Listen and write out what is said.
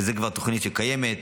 זאת תוכנית שכבר קיימת.